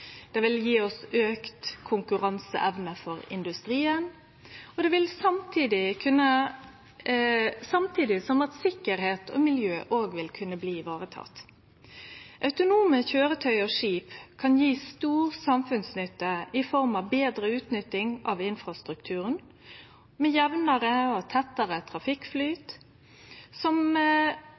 det vil gje auka konkurranseevne for industrien, samtidig som sikkerheit og miljø òg vil kunne bli vareteke. Autonome køyretøy og skip kan gje stor samfunnsnytte i form av betre utnytting av infrastrukturen med jamnare og tettare trafikkflyt, som